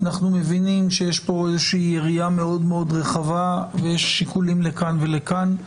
אנחנו מבינים שיש פה יריעה מאוד מאוד רחבה ויש שיקולים לכאן ולכאן.